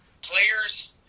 players